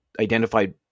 identified